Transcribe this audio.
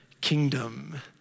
kingdom